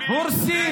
הורסים